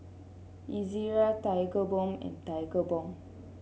Ezerra Tigerbalm and Tigerbalm